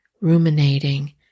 ruminating